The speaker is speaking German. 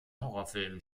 horrorfilm